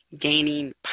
gaining